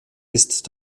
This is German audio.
ist